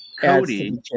Cody